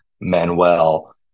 Manuel